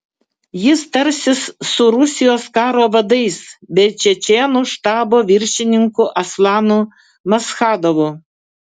jis tarsis su rusijos karo vadais bei čečėnų štabo viršininku aslanu maschadovu